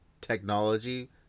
Technology